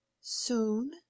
Soon